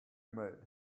made